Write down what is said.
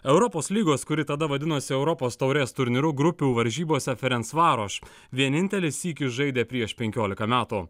europos lygos kuri tada vadinosi europos taurės turnyru grupių varžybose ferensvaroš vienintelį sykį žaidė prieš penkiolika metų